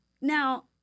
Now